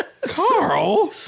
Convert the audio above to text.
Carl